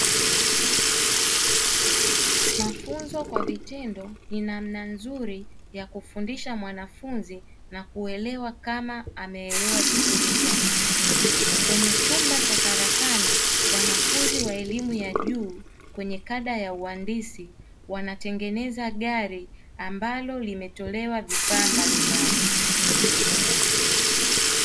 Mafunzo kwa vitendo ni namna nzuri ya kufundisha mwanafunzi na kuelewa kama ameelewa vizuri somo. Kwenye chumba cha karakana wanafunzi wa elimu ya juu kwenye kada ya uhandisi, wanatengeneza gari ambalo limetolewa vifaa mbalimbali.